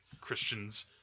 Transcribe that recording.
Christians